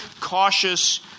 cautious